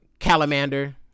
calamander